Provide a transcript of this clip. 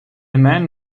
man